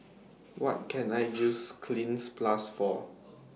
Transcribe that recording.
What Can I use Cleanz Plus For